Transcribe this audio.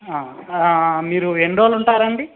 మీరు ఎన్ని రోజులు ఉంటారండి